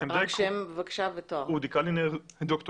העמדה